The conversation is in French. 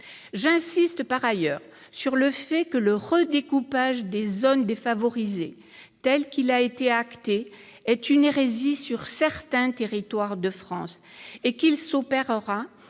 pleinement. Par ailleurs, je tiens à souligner que le redécoupage des zones défavorisées tel qu'il a été acté est une hérésie sur certains territoires de France et qu'il s'opérera